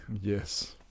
Yes